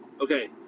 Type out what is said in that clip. okay